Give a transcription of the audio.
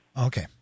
Okay